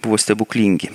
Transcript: buvo stebuklingi